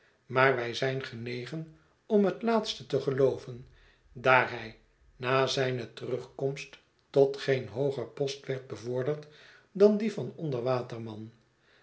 maar wij zijn genegen om het laatste te gelooven daar hij na zijne terugkomst tot geen hooger post werd bevorderd dan dien van onder waterman bij